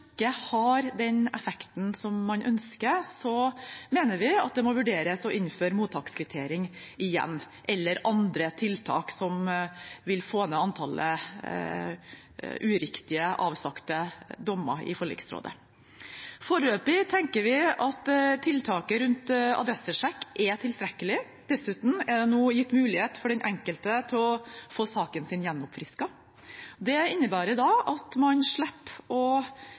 må vurderes å innføre mottakskvittering igjen eller andre tiltak som vil få ned antallet uriktig avsagte dommer i forliksrådet. Foreløpig tenker vi at tiltaket med adressesjekk er tilstrekkelig. Dessuten er det nå gitt mulighet for den enkelte til å få saken sin gjenoppfrisket. Det innebærer at man slipper å